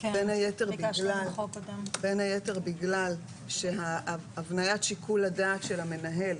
בין היתר בגלל שהבניית שיקול הדעת של המנהל,